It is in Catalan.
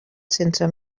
sense